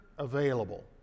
available